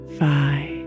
five